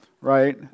right